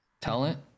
talent